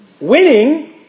winning